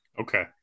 Okay